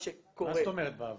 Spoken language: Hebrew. מה שקורה --- מה זאת אומרת באוויר?